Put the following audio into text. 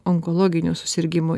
onkologinių susirgimų